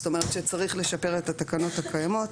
זאת אומרת שצריך לשפר את התקנות הקיימות.